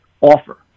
offer